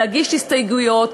להגיש הסתייגויות,